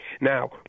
Now